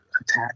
attack